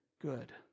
good